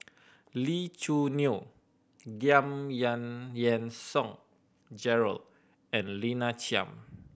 Lee Choo Neo Giam Yang Yean Song Gerald and Lina Chiam